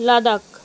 Ladakh